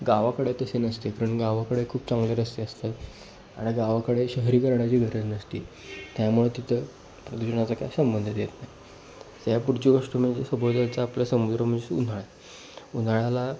गावाकडे तसे नसते कारण गावाकडे खूप चांगले रस्ते असतात आणि गावाकडे शहरीकरणाची गरज नसते त्यामुळे तिथं प्रदूषणाचा काय संबंध देत नाही त्याच्या पुढची गोष्ट म्हणजे आपलं समुद्र म्हणजे उन्हाळ्या उन्हाळ्याला